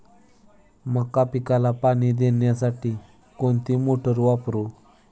मका पिकाला पाणी देण्यासाठी कोणती मोटार वापरू?